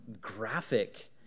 graphic